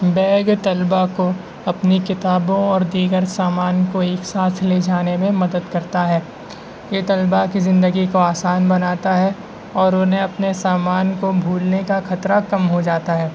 bag طلباء کو اپنی کتابوں اور دیگر سامان کو ایک ساتھ لے جانے میں مدد کرتا ہے یہ طلباء کی زندگی کو آسان بناتا ہے اور انہیں اپنے سامان کو بھولنے کا خطرہ کم ہوجاتا ہے